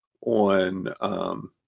on